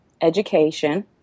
Education